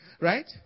Right